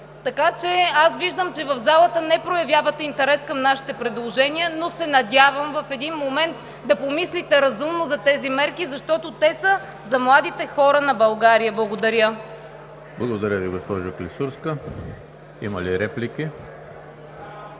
шум.) Виждам, че в залата не проявявате интерес към нашите предложения, но се надявам в един момент да помислите разумно за тези мерки, защото те са за младите хора на България. Благодаря. ПРЕДСЕДАТЕЛ ЕМИЛ ХРИСТОВ: Благодаря Ви, госпожо Клисурска. Има ли реплики?